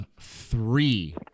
three